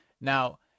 Now